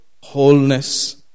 wholeness